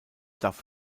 darf